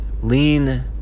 Lean